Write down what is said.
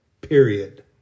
period